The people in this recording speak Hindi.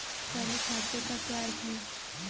चालू खाते का क्या अर्थ है?